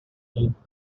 need